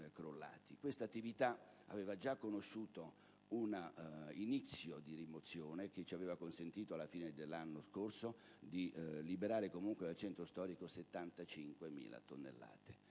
Questa attività aveva già conosciuto un inizio di rimozione, che ci aveva consentito alla fine dell'anno scorso di liberare comunque il centro storico da 75.000 tonnellate